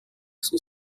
sie